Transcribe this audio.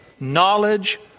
knowledge